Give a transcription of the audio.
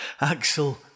Axel